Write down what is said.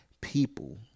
people